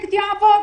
שהפרויקט יעבוד.